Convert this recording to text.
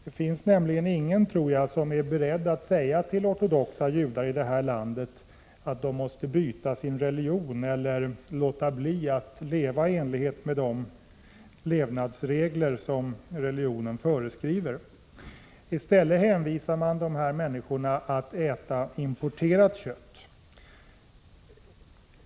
Det finns nämligen ingen, tror jag, som är beredd att säga till ortodoxa judar i det här landet, att de måste byta religion eller låta bli att leva i enlighet med de levnadsregler som religionen föreskriver. I stället hänvisar man dessa människor till att äta importerat kött.